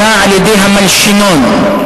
על-ידי ה"מלשינון".